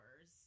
hours